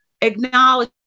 acknowledge